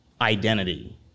identity